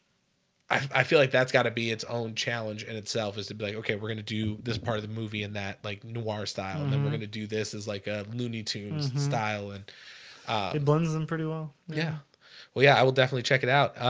i feel like that's got to be its own challenge in itself is to be like, okay we're gonna do this part of the movie in that like noir style and then we're gonna do this is like ah looney tunes style and it blends in pretty well. yeah well, yeah, i will definitely check it out.